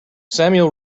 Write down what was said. samuel